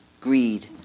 greed